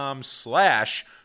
slash